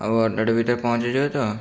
ଆଉ ଘଣ୍ଟାଟେ ଭିତରେ ପହଞ୍ଚିଯିବ ତ